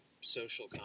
social